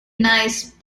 nice